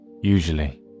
Usually